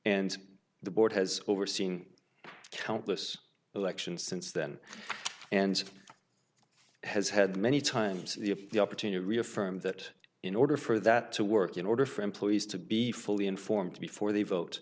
and the board has overseen countless elections since then and has had many times if the opportunity reaffirm that in order for that to work in order for employees to be fully informed before they vote